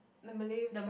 the Malay friend